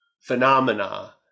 phenomena